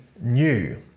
new